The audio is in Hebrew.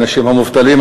האנשים המובטלים,